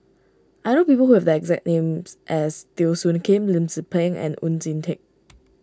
I know people who have the exact names as Teo Soon Kim Lim Tze Peng and Oon Jin Teik